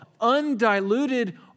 undiluted